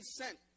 sent